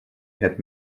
had